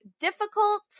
difficult